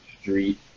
street